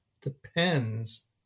depends